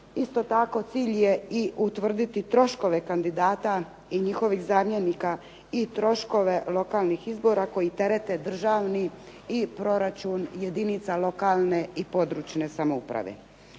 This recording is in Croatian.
Isto tako cilj je i utvrditi troškove kandidata i njihovih zamjenika i troškove lokalnih izbora koje terete državni i proračun i jedinica lokalne i područne (regionalne)